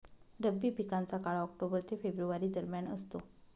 रब्बी पिकांचा काळ ऑक्टोबर ते फेब्रुवारी दरम्यान असतो